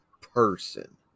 person